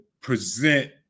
present